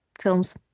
films